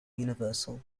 universal